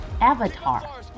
Avatar